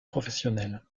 professionnelle